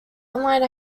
online